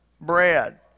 bread